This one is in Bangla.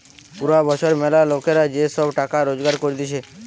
পুরা বছর ম্যালা লোকরা যে সব টাকা রোজগার করতিছে